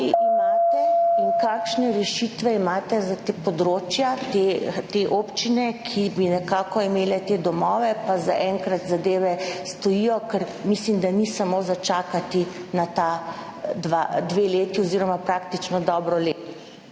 imate in kakšne rešitve imate za ta področja, občine, ki bi imele domove za starejše, pa zaenkrat zadeve stojijo? Ker mislim, da ni samo čakati dve leti oziroma praktično dobro leto